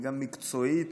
וגם מקצועית.